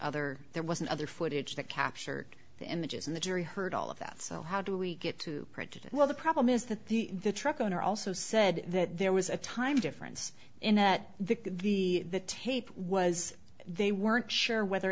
other there wasn't other footage that captured the images and the jury heard all of that so how do we get to prejudice well the problem is that the the truck owner also said that there was a time difference in that the tape was they weren't sure whether